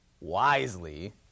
wisely